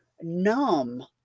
numb